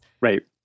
Right